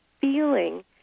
feeling